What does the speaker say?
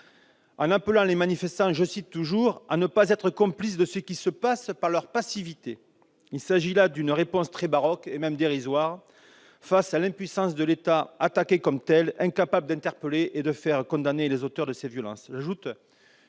et appelé les manifestants à « ne pas être complices de ce qui se passe par leur passivité ». Il s'agissait là d'une réponse très baroque et même dérisoire face à l'impuissance de l'État, attaqué comme tel, incapable d'interpeller et de faire condamner les auteurs de violences.